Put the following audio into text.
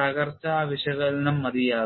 തകർച്ച വിശകലനം മതിയാകും